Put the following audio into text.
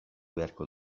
beharko